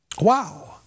Wow